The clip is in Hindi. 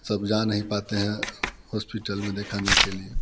सब जा नहीं पाते हैं हॉस्पिटल में देखाने के लिए